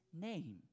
name